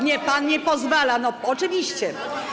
Nie, pan nie pozwala, oczywiście.